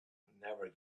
never